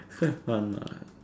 quite fun